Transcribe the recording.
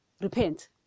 repent